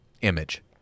image